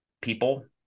people